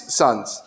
sons